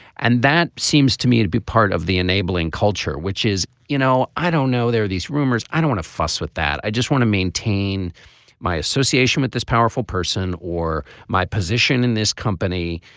and that seems to me to be part of the enabling culture which is you know i don't know there are these rumors. i don't want to fuss with that. i just want to maintain my association with this powerful person or my position in this company.